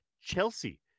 Chelsea